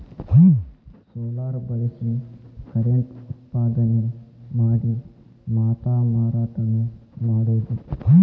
solar ಬಳಸಿ current ಉತ್ಪಾದನೆ ಮಾಡಿ ಮಾತಾ ಮಾರಾಟಾನು ಮಾಡುದು